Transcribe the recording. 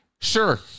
Sure